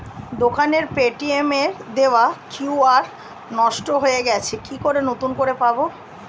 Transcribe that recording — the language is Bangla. দোকানের পেটিএম এর দেওয়া কিউ.আর নষ্ট হয়ে গেছে কি করে নতুন করে পাবো?